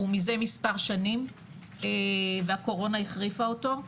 הוא מזה מספר שנים והקורונה החריפה אותו,